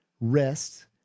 rest